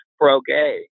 pro-gay